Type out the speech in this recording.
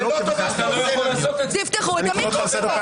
אתה לא תסתום לנו את הפה, תפתח את המיקרופון.